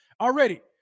already